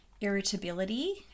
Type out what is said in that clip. irritability